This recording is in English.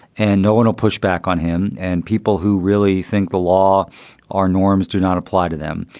and no one will push back on him. and people who really think the law are norms do not apply to them.